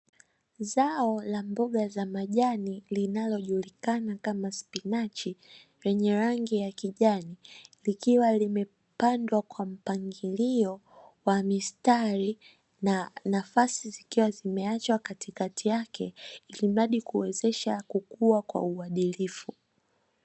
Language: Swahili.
Zao la mboga za majani linalojulikana kama spinachi lenye rangi ya kijani, likiwa limepandwa kwa mpangilio wa mistari na nafasi zikiwa zimeachwa Katikati yake, ilimradi kuwezesha kukua kwa uadilifu.